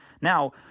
now